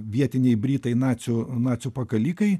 vietiniai britai nacių nacių pakalikai